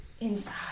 inside